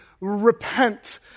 repent